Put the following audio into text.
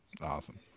Awesome